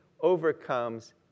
overcomes